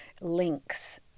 links